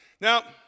Now